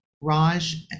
Raj